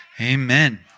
amen